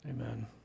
amen